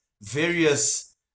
various